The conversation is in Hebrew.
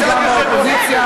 פעלת עכשיו כאיש קואליציה,